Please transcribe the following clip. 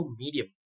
medium